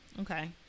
Okay